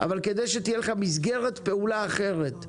אבל כדי שתהיה לך מסגרת פעולה אחרת,